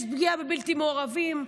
יש פגיעה בבלתי מעורבים.